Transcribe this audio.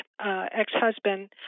ex-husband